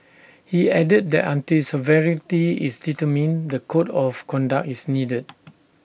he added that until sovereignty is determined the code of conduct is needed